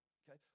okay